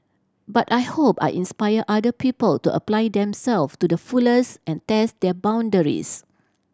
but I hope I inspire other people to apply themselves to the fullest and test their boundaries